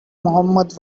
mohammad